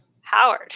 Howard